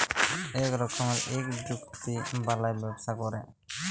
ইক রকমের ইক চুক্তি বালায় ব্যবসা ক্যরে